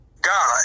God